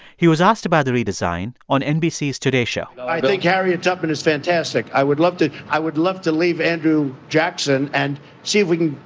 he was asked about the redesign on nbc's today show i think harriet tubman is fantastic. i would love to i would love to leave andrew jackson and see if we can,